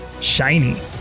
Shiny